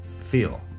feel